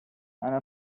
einer